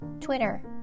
twitter